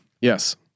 Yes